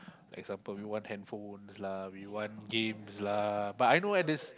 example we want hand phones lah we want games lah but I know why this